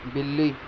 بلّی